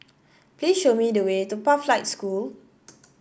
please show me the way to Pathlight School